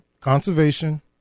conservation